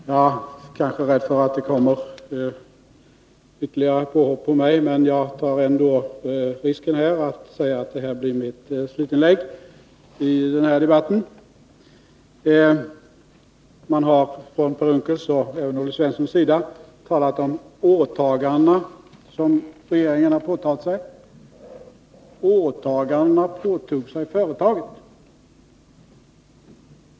Herr talman! Jag är rädd för att det kommer ytterligare påhopp på mig, men jag tar ändå risken att säga att det här blir mitt slutinlägg i denna debatt. Per Unckel och även Olle Svensson har talat om de åtaganden som regeringen har gjort. Åtagandena gjorde företaget.